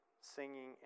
singing